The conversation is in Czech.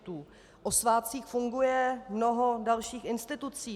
O svátcích funguje mnoho dalších institucí.